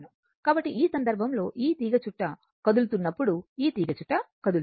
కాబట్టి ఈ సందర్భంలో ఈ తీగచుట్ట కదులుతున్నప్పుడు ఈ తీగచుట్ట కదులుతుంది